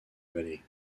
vallée